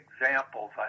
examples